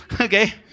Okay